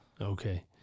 Okay